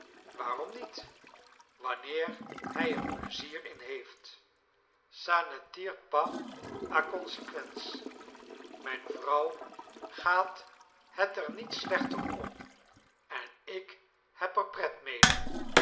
waarom niet wanneer hij er plezier in heeft ça ne tire pas à conséquence mijn vrouw gaat het er niet slechter om en ik heb er pret mede